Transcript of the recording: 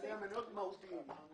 בבעלי מניות מהותיים.